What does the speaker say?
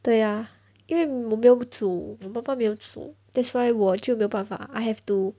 对呀因为我没有煮我爸爸没有煮 that's why 我就没有办法 I have to